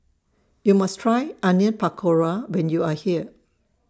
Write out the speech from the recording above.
YOU must Try Onion Pakora when YOU Are here